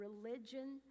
religion